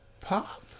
pop